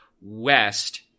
west